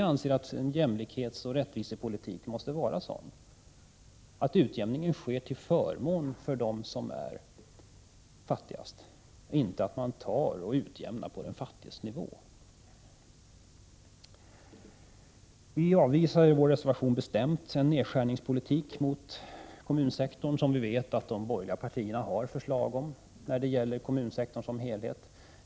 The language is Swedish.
En jämlikhetsoch rättvisepolitik måste vara sådan att utjämningen sker till förmån för dem som är fattigast, inte på den fattiges nivå. Vi avvisar bestämt i reservationen en nedskärningspolitik mot kommunsektorn, som de borgerliga partierna har lagt fram förslag om när det gäller kommunsektorn som helhet.